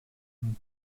and